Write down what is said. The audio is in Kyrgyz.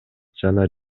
жана